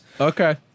Okay